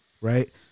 right